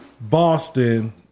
Boston